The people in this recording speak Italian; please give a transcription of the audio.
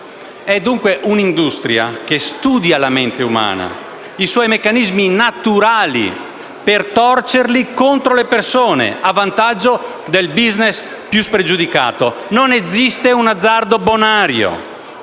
dunque, di un'industria che studia la mente umana e i suoi meccanismi naturali, per torcerli contro le persone a vantaggio del *business* più spregiudicato. Non esiste un azzardo bonario